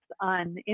on